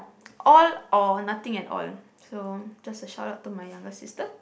all or nothing at all so just like shut up to my younger sister